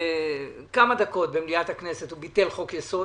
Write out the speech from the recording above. ובכמה דקות במליאת הכנסת הוא ביטל חוק יסוד.